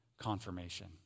confirmation